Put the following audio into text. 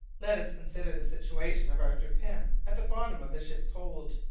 let us consider the situation of arthur pym, at the bottom of the ship's hold,